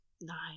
nine